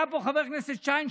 היה פה חבר הכנסת שיין,